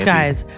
Guys